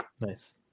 Nice